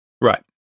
Right